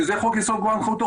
שזה חוק יסוד: כבוד האדם וחירותו,